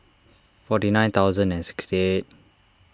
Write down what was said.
forty nine thousand and sixty eight